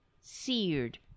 seared